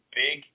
big